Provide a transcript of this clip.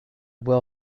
well